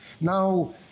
now